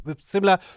similar